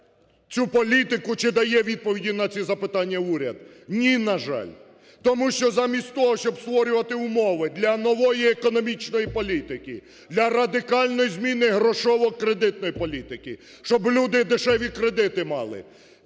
цю політику, чи дає відповіді на ці запитання уряд? Ні, на жаль. Тому що замість того, щоб створювати умови для нової економічної політики, для радикальної зміни грошово-кредитної політики, щоб люди дешеві кредити мали,